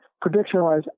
Prediction-wise